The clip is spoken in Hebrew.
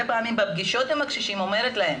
פעמים בפגישות עם הקשישים אומרת להם,